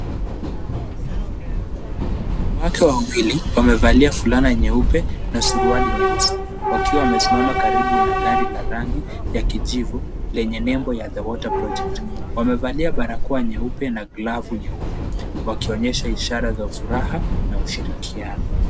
Kuna watu wawili wamevalia fulana nyeupe na suruali nyeusi, wakiwa wamesimama karibu na gari la rangi ya kijivu lenye nembo ya the water project , wamevalia barakoa nyeupe na glavu nyeupe wakionyesha ishara za furaha na ushirikiano.